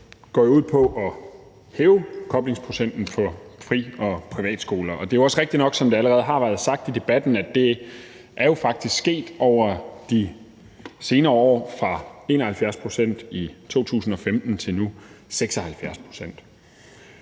går jo ud på at hæve koblingsprocenten for fri- og privatskoler. Det er jo også rigtigt nok, som det allerede har været sagt i debatten, at det faktisk er sket over de senere år, nemlig fra 71 pct. i 2015 til 76 pct.